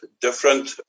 different